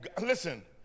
Listen